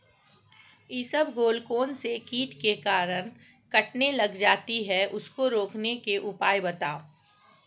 इसबगोल कौनसे कीट के कारण कटने लग जाती है उसको रोकने के उपाय बताओ?